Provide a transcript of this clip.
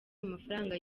amafaranga